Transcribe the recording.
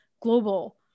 global